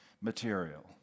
material